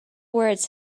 words